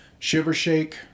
Shivershake